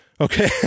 Okay